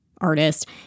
artist